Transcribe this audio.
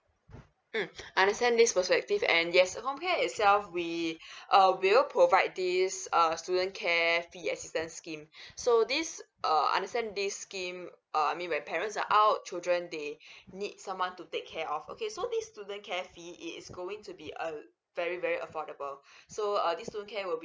mm understand this perspective and yes comcare itself we uh we will provide this uh student care fee assistance scheme so this err understand this scheme err I mean when parents are out children they need someone to take care of okay so this student care fee it is going to be uh very very affordable so uh this student care will be